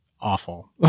awful